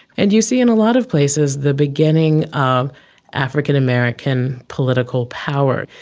and you see in a lot of places the beginning of african american political power.